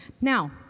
Now